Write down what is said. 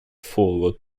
forward